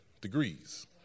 degrees